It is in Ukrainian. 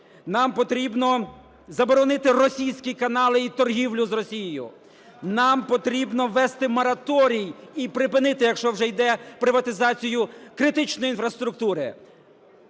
Нам потрібно заборонити російські канали і торгівлю з Росією. Нам потрібно ввести мораторій і припинити, якщо вже йде, приватизацію критичної інфраструктури,